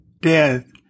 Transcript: death